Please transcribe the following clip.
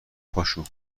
پاشو